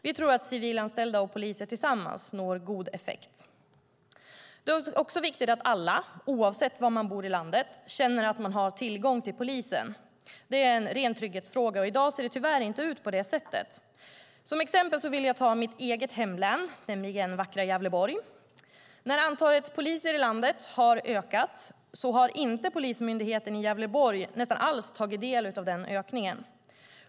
Vi tror att civilanställda och poliser tillsammans når god effekt. Det är viktigt att alla, oavsett var man bor i landet, känner att de har tillgång till polisen. Det är en ren trygghetsfråga. I dag ser det tyvärr inte ut på det sättet. Som exempel vill jag ta mitt eget hemlän, nämligen det vackra Gävleborg. När antalet poliser i landet har ökat har inte Polismyndigheten i Gävleborg fått del av ökningen nästan alls.